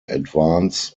advance